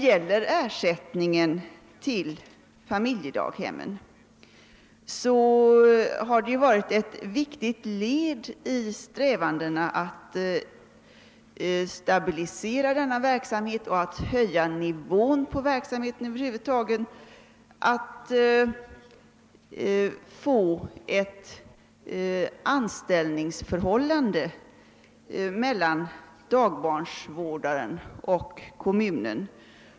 Vad ersättningen till familjedaghem beträffar har det varit ett viktigt led i strävandena att stabilisera denna verksamhet och höja dess nivå, att skapa ett anställningsförhållande mellan dagbarnvårdaren och kommunen.